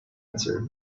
answered